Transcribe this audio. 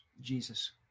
Jesus